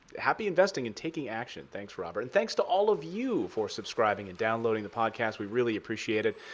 happy investing and taking action. thanks, robert. and thanks to all of you for subscribing and downloading the podcast. we really appreciate it.